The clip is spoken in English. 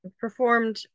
performed